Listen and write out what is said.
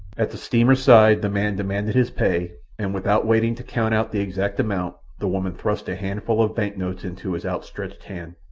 at the steamer's side the man demanded his pay and, without waiting to count out the exact amount, the woman thrust a handful of bank-notes into his outstretched hand.